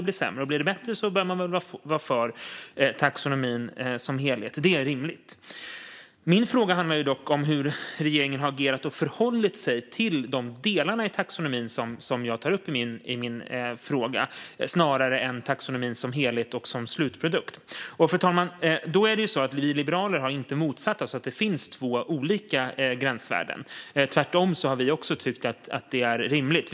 Blir det bättre bör man väl vara för taxonomin som helhet; det är rimligt. Min fråga handlar ju dock om hur regeringen har agerat och förhållit sig till de delar i taxonomin som jag tar upp i min fråga snarare än om taxonomin som helhet och som slutprodukt. Fru talman! Vi liberaler har inte motsatt oss att det finns två olika gränsvärden - tvärtom har vi också tyckt att det är rimligt.